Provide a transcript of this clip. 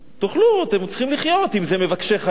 תאכלו, אתם צריכים לחיות, אם זה מבקשי חיים.